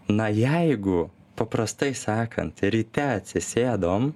na jeigu paprastai sakant ryte atsisėdom